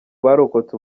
barokotse